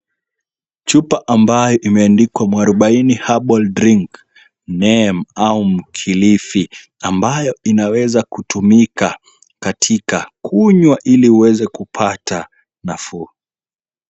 Chupa ambayo imeandikwa Mwarubaini Herbal Drink, name au mkilifi, ambayo inaweza kutumika, katika kunywa ili uweze kupata nafuu.